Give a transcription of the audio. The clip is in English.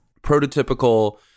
prototypical